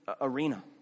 Arena